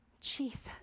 jesus